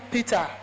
Peter